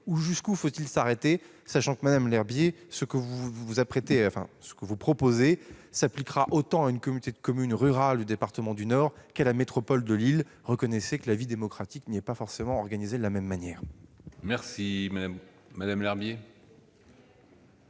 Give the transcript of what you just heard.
de côté. Où faut-il s'arrêter ? Madame Lherbier, enfin, ce que vous proposez s'appliquera autant à une communauté de communes rurales du département du Nord qu'à la métropole de Lille. Reconnaissez que la vie démocratique n'y est pourtant pas forcément organisée de la même manière ! Très bien